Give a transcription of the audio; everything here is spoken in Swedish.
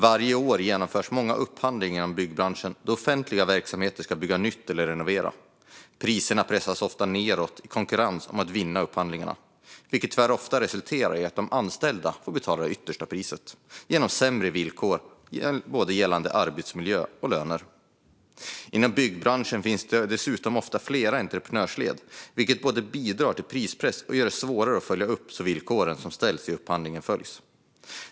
Varje år genomförs många upphandlingar inom byggbranschen då offentliga verksamheter ska bygga nytt eller renovera. Priserna pressas ofta nedåt i konkurrensen om att vinna upphandlingarna, vilket tyvärr ofta resulterar i att de anställda får betala det yttersta priset genom sämre villkor gällande både arbetsmiljö och löner. Inom byggbranschen finns det dessutom ofta flera entreprenörsled, vilket både bidrar till prispress och gör det svårare att följa upp att de villkor som ställs i upphandlingen följs.